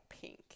pink